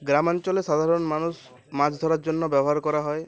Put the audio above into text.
গ্রামাঞ্চলে সাধারণ মানুষ মাছ ধরার জন্য ব্যবহার করা হয়